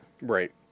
Right